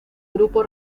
grupo